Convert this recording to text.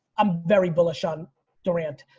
i'm very bullish on durant.